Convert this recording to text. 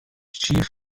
chief